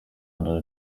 under